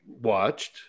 Watched